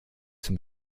zum